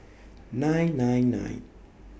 nine nine nine